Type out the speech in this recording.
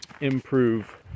improve